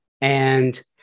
And-